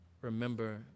Remember